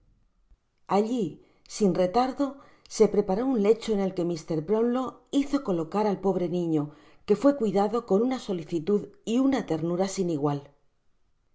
alli sin retardo se preparó un lecho en el que mr brownlow hizo colocar al pobre niño que fué cuidado con una solicitud y una ternura sin igual